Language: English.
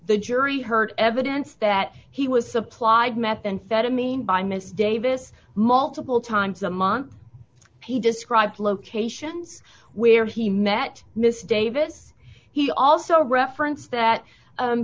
the jury heard evidence that he was supplied methamphetamine by miss davis multiple times a month he described locations where he met miss davis he also referenced that